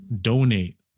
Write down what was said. Donate